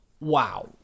Wow